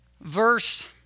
Verse